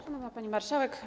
Szanowna Pani Marszałek!